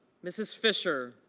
mrs. fisher